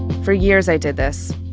for years i did this.